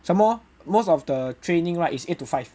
some more most of the training right is eight to five